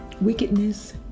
wickedness